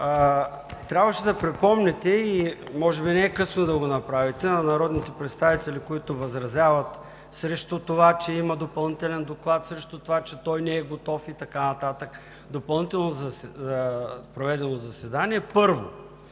Трябваше да припомните и може би не е късно да го направите на народните представители, които възразяват срещу това, че има допълнителен доклад, срещу това, че той не е готов, и така нататък – допълнително проведено заседание. Първо,